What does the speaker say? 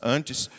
Antes